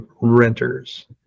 renters